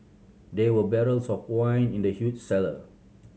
there were barrels of wine in the huge cellar